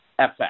FX